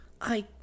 I